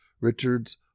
Richard's